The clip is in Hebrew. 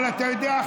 אבל אתה יודע,